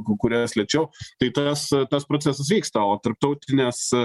kurias lėčiau tai tas tas procesas vyksta o tarptautines